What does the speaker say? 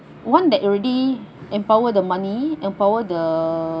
one that already empower the money empower the